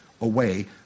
away